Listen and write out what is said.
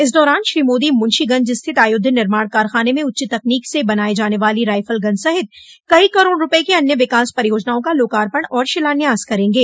इस दौरान श्री मोदी मुंशीगंज स्थित आयुद्ध निर्माण कारखाने में उच्च तकनीक से बनाये जाने वाली रायफल गन सहित कई करोड़ रूपये की अन्य विकास परियोजनाओं का लोकार्पण और शिलान्यास करेंगे